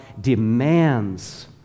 demands